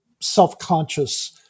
self-conscious